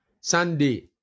Sunday